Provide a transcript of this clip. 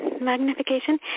magnification